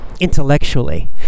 intellectually